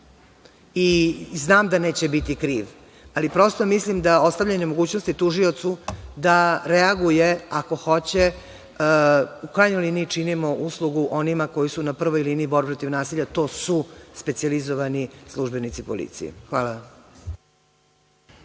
i znam da neće biti kriv, ali prosto mislim da ostavljanje mogućnosti tužiocu da reaguje, ako hoće, u krajnjoj liniji činimo uslugu onima koji su na prvoj liniji borbe protiv nasilja, to su specijalizovani službenici policije. Hvala